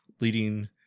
leading